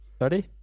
Ready